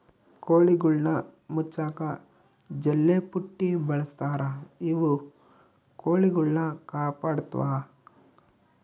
ಕೋಳಿಗುಳ್ನ ಮುಚ್ಚಕ ಜಲ್ಲೆಪುಟ್ಟಿ ಬಳಸ್ತಾರ ಇವು ಕೊಳಿಗುಳ್ನ ಕಾಪಾಡತ್ವ